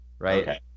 Right